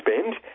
spend